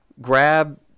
grab